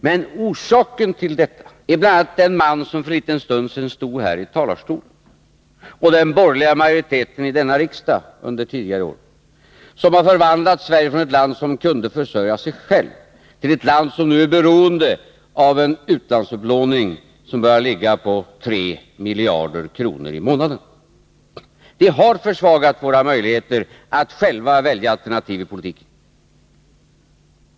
Men orsaken till detta är bl.a. den man som för en liten stund sedan stod här i talarstolen och den borgerliga majoriteten i denna riksdag under tidigare år, som har förvandlat Sverige från ett land som kunde försörja sig självt till ett land som nu är beroende av en utlandsupplåning, som börjar ligga på 3 miljarder kronor i månaden. Det har försvagat våra möjligheter att själva välja alternativ i politiken.